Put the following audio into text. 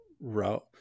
route